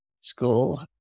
school